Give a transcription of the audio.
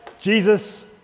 Jesus